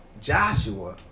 joshua